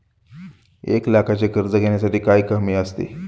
एक लाखाचे कर्ज घेण्यासाठी काय हमी लागते?